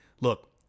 look